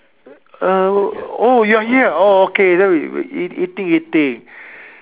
err oh you are here oh okay then we were eating eating